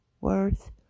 worth